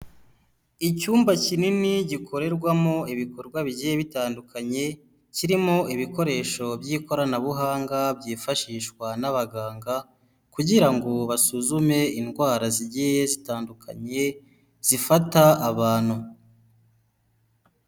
Icyumba kinini gikorerwamo ibikorwa bigiye bitandukanye kirimo ibikoresho by'ikoranabuhanga byifashishwa n'abaganga kugira ngo basuzume indwara zigiye zitandukanye zifata abantu.